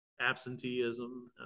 absenteeism